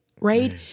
right